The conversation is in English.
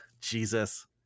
Jesus